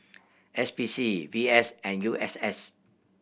S P C V S and U S S